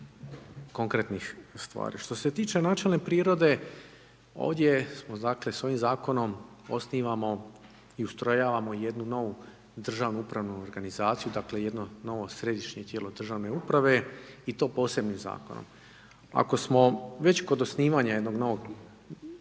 konkretnih stvari. Što se tiče načelne prirode, ovdje smo dakle, s ovim zakonom osnivamo i ustrojavamo jednu novu državnu upravnu organizaciju, dakle, jedno novo središnje tijelo državne uprave i to posebnim zakonom. Ako smo već kod osnivanja jednog novog